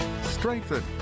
strengthen